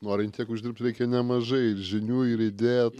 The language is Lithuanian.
norint tiek uždirbti reikia nemažai žinių ir įdėt